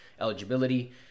eligibility